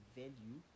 value